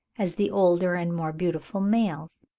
as the older and more beautiful males.